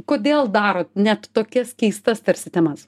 kodėl darot ne tokias keistas tarsi temas